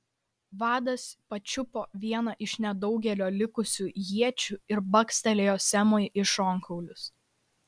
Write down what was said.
vadas pačiupo vieną iš nedaugelio likusių iečių ir bakstelėjo semui į šonkaulius